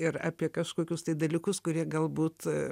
ir apie kažkokius tai dalykus kurie galbūt